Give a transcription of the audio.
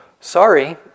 sorry